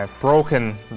Broken